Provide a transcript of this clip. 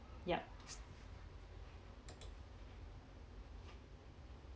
yup s~